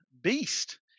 beast